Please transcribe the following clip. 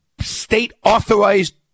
state-authorized